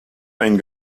ein